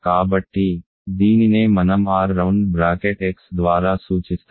కాబట్టి దీనినే మనం R రౌండ్ బ్రాకెట్ X ద్వారా సూచిస్తాము